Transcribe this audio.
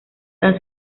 tan